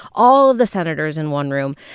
all of the senators in one room.